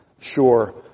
sure